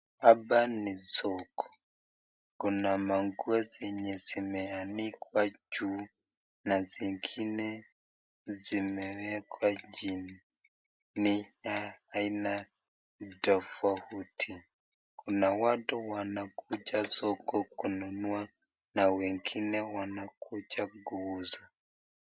Hapa ni soko. Kuna manguo zenye zimeanikwa juu na zingine zimewekwa chini. Ni ya aina tofauti. Kuna watu wanakuja soko kununua na wengine wanakuja kuuza.